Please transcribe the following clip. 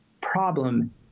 problem